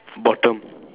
bottom